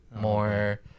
More